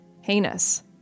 Heinous